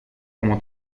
como